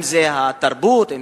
אם התרבות,